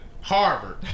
Harvard